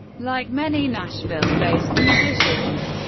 like many nashville-based musicians,